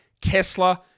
Kessler